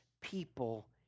people